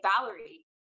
Valerie